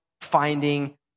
finding